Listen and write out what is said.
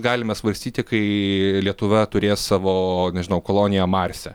galime svarstyti kai lietuva turės savo nežinau koloniją marse